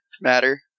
matter